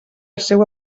seua